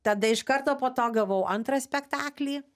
tada iš karto po to gavau antrą spektaklį